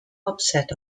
upset